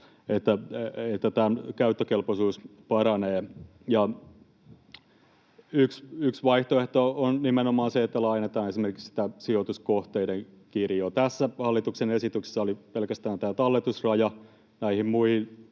että tämän käyttökelpoisuus paranee. Yksi vaihtoehto on nimenomaan se, että laajennetaan esimerkiksi sitä sijoituskohteiden kirjoa. Tässä hallituksen esityksessä oli pelkästään tämä talletusraja, ja kun näihin